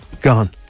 Gone